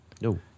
No